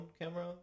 camera